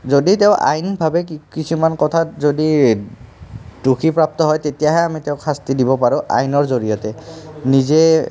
যদি তেওঁ আইনভাৱে কিছুমান কথাত যদি দোষী প্ৰাপ্ত হয় তেতিয়াহে আমি তেওঁক শাস্তি দিব পাৰোঁ আইনৰ জৰিয়তে নিজে